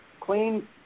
clean